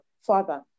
Father